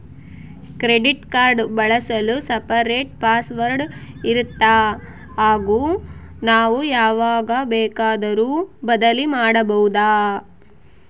Credit card ಬಳಸಲು separate password ಇರುತ್ತಾ ಹಾಗೂ ನಾವು ಯಾವಾಗ ಬೇಕಾದರೂ ಬದಲಿ ಮಾಡಬಹುದಾ?